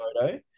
photo